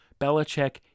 Belichick